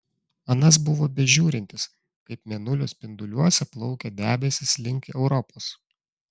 anas buvo bežiūrintis kaip mėnulio spinduliuose plaukia debesys link europos